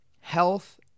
health